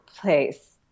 place